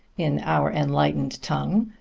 in our enlightened tongue,